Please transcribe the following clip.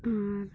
ᱟᱨ